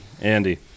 Andy